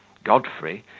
godfrey,